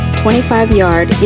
25-yard